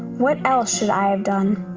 what else should i have done?